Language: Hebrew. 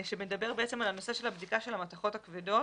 סעיף שמדבר על הנושא של הבדיקה של המתכות הכבדות